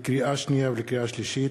לקריאה שנייה ולקריאה שלישית: